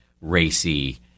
racy